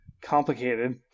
complicated